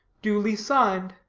duly signed.